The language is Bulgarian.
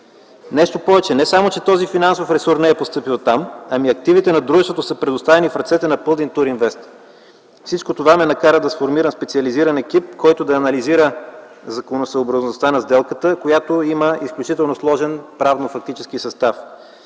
Нещо повече, не само че този финансов ресурс не е постъпил там, ами активите на дружеството са предоставени в ръцете на „Пълдин туринвест”. Всичко това ме накара да сформирам специализиран екип, който да анализира законосъобразността на сделката, която има изключително сложен правно-фактически състав.